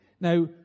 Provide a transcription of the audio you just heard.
Now